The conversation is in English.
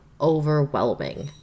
overwhelming